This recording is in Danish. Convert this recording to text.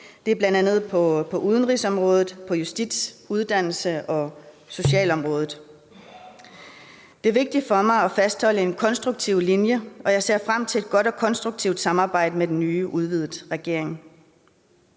Det er bl.a. udenrigsområdet og justits-, uddannelses- og socialområdet. Det er vigtigt for mig at fastholde en konstruktiv linje, og jeg ser frem til et godt og konstruktivt samarbejde med den nye, udvidede regering.